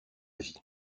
vie